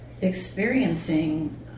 experiencing